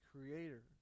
Creator